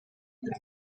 them